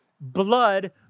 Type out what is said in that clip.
blood